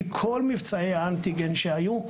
כי כל מבצעי האנטיגן שהיו,